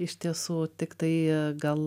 iš tiesų tiktai gal